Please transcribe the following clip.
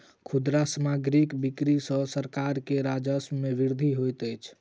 खुदरा सामग्रीक बिक्री सॅ सरकार के राजस्व मे वृद्धि होइत अछि